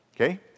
Okay